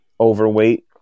overweight